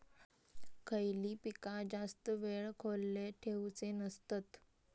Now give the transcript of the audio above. खयली पीका जास्त वेळ खोल्येत ठेवूचे नसतत?